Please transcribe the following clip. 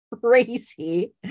crazy